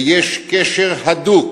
ויש קשר הדוק